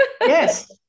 yes